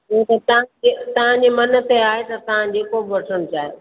उहो त तव्हां ते तव्हां जे मन ते आहे तव्हां जेको बि वठणु चाहियो